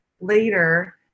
Later